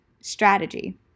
strategy